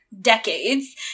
decades